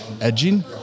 edging